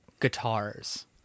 guitars